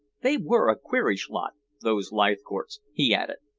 they were a queerish lot, those leithcourts, he added.